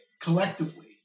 Collectively